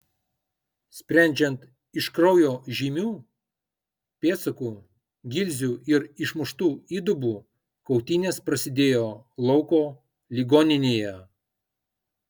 sprendžiant iš kraujo žymių pėdsakų gilzių ir išmuštų įdubų kautynės prasidėjo lauko ligoninėje